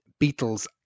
Beatles